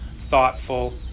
thoughtful